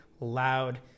loud